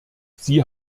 sie